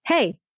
Hey